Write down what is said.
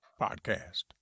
Podcast